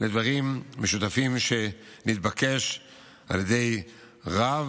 לדברים משותפים שנתבקש על ידי רב